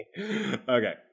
okay